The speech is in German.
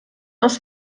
aus